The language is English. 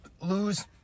lose